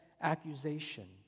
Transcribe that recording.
accusation